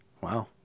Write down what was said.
wow